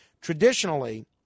Traditionally